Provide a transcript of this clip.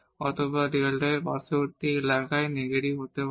অথবা Δ f পার্শ্ববর্তী এলাকায় নেগেটিভ হতে পারে